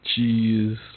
Jeez